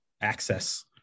access